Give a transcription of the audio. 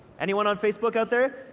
anyone on facebook out there?